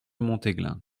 montéglin